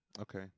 Okay